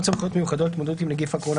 "תקנות סמכויות מיוחדות להתמודדות עם נגיף הקורונה